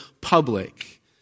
public